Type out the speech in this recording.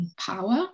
power